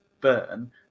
burn